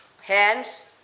hands